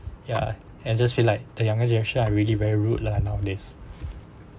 ya and just feel like the younger generation are really very rude lah nowadays